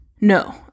no